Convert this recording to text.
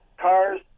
Cars